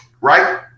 right